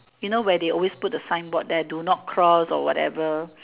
you know where they always put the signboard there do not cross or whatever